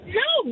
no